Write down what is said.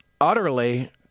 utterly